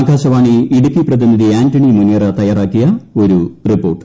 ആകാശവാണി ഇടൂക്കി പ്രതിനിധി ആന്റണി മൂനിയറ തയ്യാറാക്കിയ റിപ്പോർട്ട്